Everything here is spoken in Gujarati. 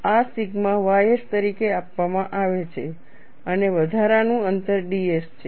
આ સિગ્મા ys તરીકે આપવામાં આવે છે અને વધારાનું અંતર ds છે